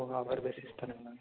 hour basis தானுங்களா